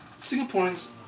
Singaporeans